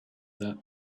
that